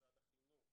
משרד החינוך,